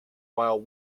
while